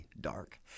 dark